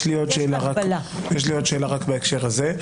יש לי עוד שאלה בהקשר הזה.